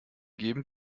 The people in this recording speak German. geben